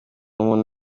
umuntu